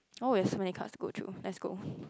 oh we have so many cards to go through let's go